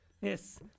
Yes